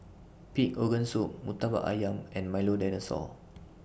Pig Organ Soup Murtabak Ayam and Milo Dinosaur